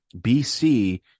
BC